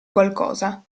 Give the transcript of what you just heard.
qualcosa